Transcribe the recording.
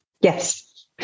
Yes